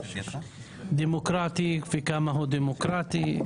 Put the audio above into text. דמוקרטי וכמה הוא דמוקרטי,